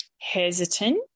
hesitant